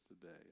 today